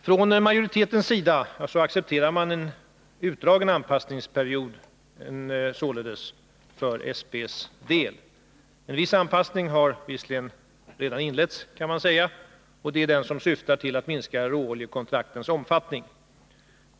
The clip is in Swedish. Från majoritetens sida accepterar man en utdragen anpassningsperiod för SP:s del. Visserligen kan man säga att en viss anpassning redan har inletts, nämligen den som syftar till att minska råoljekontraktens omfattning.